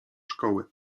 szkoły